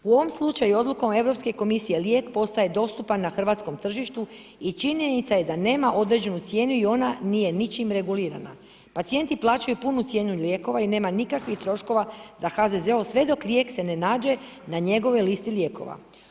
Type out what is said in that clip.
U ovom slučaju odlukom Europske komisije lijek postaje dostupan na hrvatskom tržištu i činjenica je da nema određenu cijenu i ona nije ničim regulirana, pacijenti plaćaju punu cijenu lijeka jer nema nikakvih troškova za HZZO sve dok lijek se ne nađe na njegovoj listi lijekova.